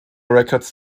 records